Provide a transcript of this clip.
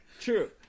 True